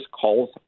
calls